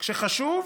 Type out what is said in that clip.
כשחשוב